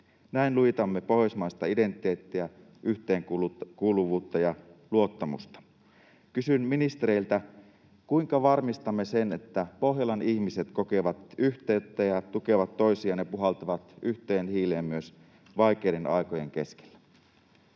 Näin lujitamme pohjoismaista identiteettiä, yhteenkuuluvuutta ja luottamusta. Kysyn ministereiltä: kuinka varmistamme sen, että Pohjolan ihmiset kokevat yhteyttä ja tukevat toisiaan ja puhaltavat yhteen hiileen myös vaikeiden aikojen keskellä?